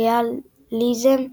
ריאליזם ופנטזיה,